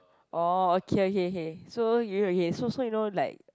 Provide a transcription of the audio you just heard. oh okay okay okay so you okay so so you know like